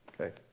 Okay